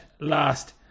last